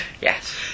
Yes